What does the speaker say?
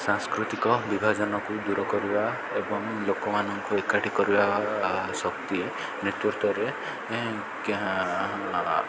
ସାଂସ୍କୃତିକ ବିଭାଜନକୁ ଦୂର କରିବା ଏବଂ ଲୋକମାନଙ୍କୁ ଏକାଠି କରିବା ଶକ୍ତି ନେତୃତ୍ୱରେ